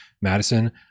Madison